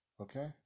Okay